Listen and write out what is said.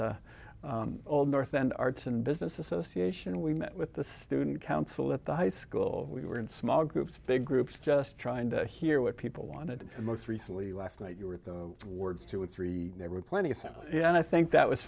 old north and arts and business association we met with the student council at the high school we were in small groups big groups just trying to hear what people wanted and most recently last night you were at the awards two with three there were plenty of them and i think that was